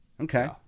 Okay